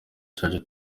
cyacu